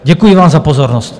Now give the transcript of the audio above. Děkuji vám za pozornost.